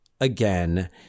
again